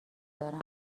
دارم